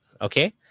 Okay